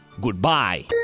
goodbye